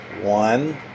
One